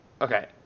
Okay